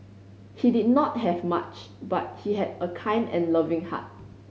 he did not have much but he had a kind and loving heart